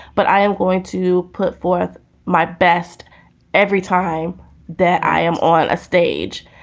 but i am going to put forth my best every time that i am on stage.